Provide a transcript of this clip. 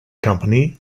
company